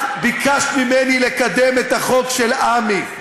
את ביקשת ממני לקדם את החוק של עמ"י.